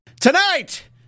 tonight